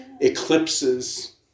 eclipses